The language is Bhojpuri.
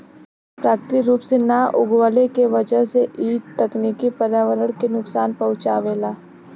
प्राकृतिक रूप से ना उगवले के वजह से इ तकनीकी पर्यावरण के नुकसान पहुँचावेला